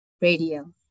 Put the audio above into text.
radio